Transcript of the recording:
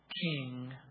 king